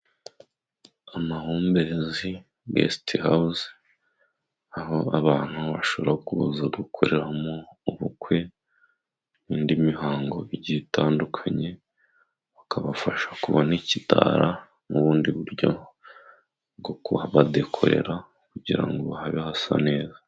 Amahumbezi gesiti hawuzi aho abantu bashobora kuza gukoreramo ubukwe n'indi mihango igiye tandukanye bakabafasha kubona ikidara n'bundi buryo bwo kuhabadekorera kugira ngo habe hasa neza.